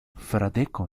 fradeko